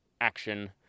action